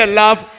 love